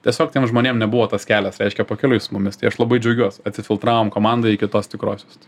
tiesiog tiem žmonėm nebuvo tas kelias reiškia pakeliui su mumis tai aš labai džiaugiuos atsifiltravom komandą iki tos tikrosios